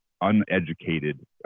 uneducated